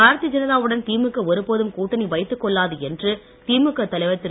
பாரதீய ஜனதாவுடன் திமுக ஒருபோதும் கூட்டணி வைத்துக் கொள்ளாது என்று திமுக தலைவர் திரு